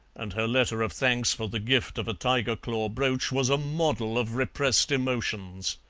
and her letter of thanks for the gift of a tiger-claw brooch was a model of repressed emotions.